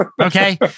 Okay